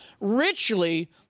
richly